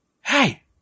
hey